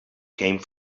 came